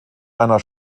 einer